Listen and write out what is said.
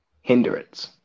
hindrance